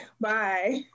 Bye